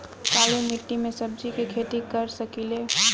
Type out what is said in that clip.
काली मिट्टी में सब्जी के खेती कर सकिले?